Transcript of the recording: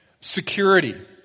Security